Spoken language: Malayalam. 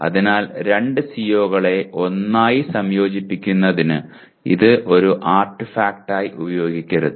അതിനാൽ രണ്ട് സിഒകളെ ഒന്നായി സംയോജിപ്പിക്കുന്നതിന് ഇത് ഒരു ആർട്ടിഫാക്റ്റായി ഉപയോഗിക്കരുത്